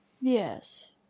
Yes